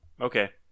Okay